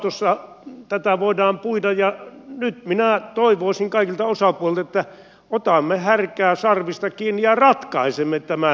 asuntojaostossa tätä voidaan puida ja nyt minä toivoisin kaikilta osapuolilta että otamme härkää sarvista kiinni ja ratkaisemme tämän